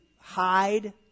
hide